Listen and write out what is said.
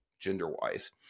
gender-wise